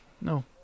no